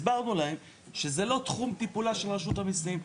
הסברנו להם שזה לא תחום טיפולה של רשות המיסים.